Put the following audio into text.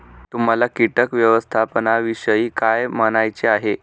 तुम्हाला किटक व्यवस्थापनाविषयी काय म्हणायचे आहे?